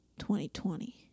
2020